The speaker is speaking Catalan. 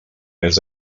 mes